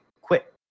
quit